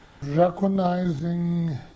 Recognizing